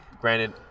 granted